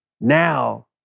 now